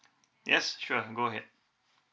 yes sure go ahead